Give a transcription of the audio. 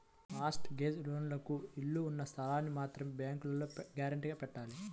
mart gauge లోన్లకు ఇళ్ళు ఉన్న స్థలాల్ని మాత్రమే బ్యేంకులో గ్యారంటీగా పెట్టాలి